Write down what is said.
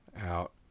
out